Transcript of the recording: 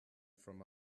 from